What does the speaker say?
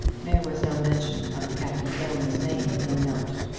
there was no mention of captain aylmer's name in the note.